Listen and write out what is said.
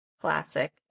Classic